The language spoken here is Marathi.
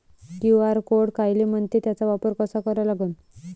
क्यू.आर कोड कायले म्हनते, त्याचा वापर कसा करा लागन?